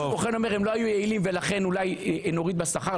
מישהו אומר שהם לא היו יעילים ואולי נוריד בשכר?